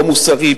לא מוסרי,